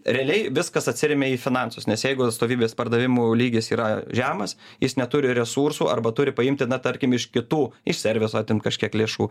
realiai viskas atsiremia į finansus nes jeigu atstovybės pardavimų lygis yra žemas jis neturi resursų arba turi paimti na tarkim iš kitų iš serviso atimt kažkiek lėšų